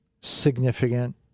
significant